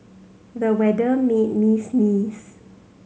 the weather made me sneeze